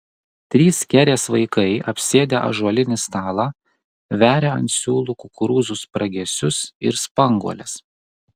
trys kerės vaikai apsėdę ąžuolinį stalą veria ant siūlų kukurūzų spragėsius ir spanguoles